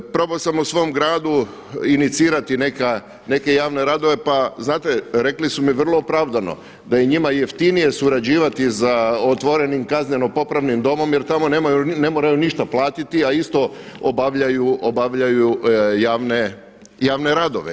Probao sam u svom gradu inicirati neke javne radove, pa znate rekli su mi vrlo opravdano da je njima jeftinije surađivati za otvorenim kazneno-popravnim domom jer tamo ne moraju ništa platiti, a isto obavljaju javne radove.